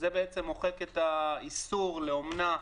זה בעצם מוחק את האיסור לאומנה,